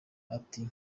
ati